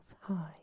high